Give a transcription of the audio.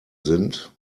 sind